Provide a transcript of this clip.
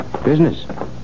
Business